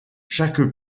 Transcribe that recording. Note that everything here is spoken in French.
chaque